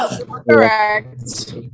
Correct